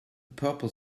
purple